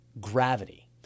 gravity